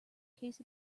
case